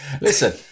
listen